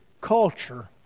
culture